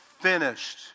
finished